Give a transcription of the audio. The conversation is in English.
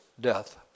death